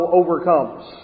overcomes